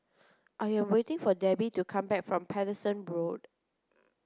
I am waiting for Debbi to come back from Paterson Road